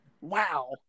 wow